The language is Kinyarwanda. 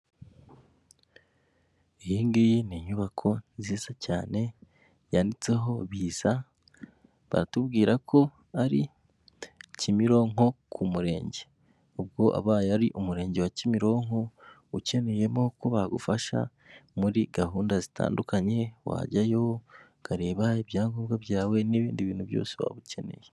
Iyi ngiyi ni inyubako nziza cyane yanditseho Biza, baratubwira ko ari Kimironko ku murenge. Ubwo abaye ari umurenge wa Kimironko ukeneyemo ko bagufasha muri gahunda zitandukanye, wajyayo ukareba ibyangombwa byawe n'ibindi bintu byose waba ukeneye.